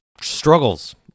struggles